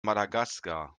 madagaskar